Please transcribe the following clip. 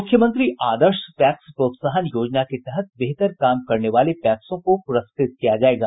मुख्यमंत्री आदर्श पैक्स प्रोत्साहन योजना के तहत बेहतर काम करने वाले पैक्सों को पुरस्कृत किया जायेगा